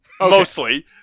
Mostly